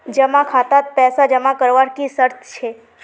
जमा खातात पैसा जमा करवार की शर्त छे?